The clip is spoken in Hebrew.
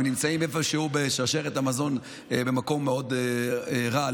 הם נמצאים איפשהו בשרשרת המזון במקום מאוד רע,